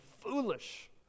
foolish